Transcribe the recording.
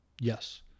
Yes